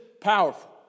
powerful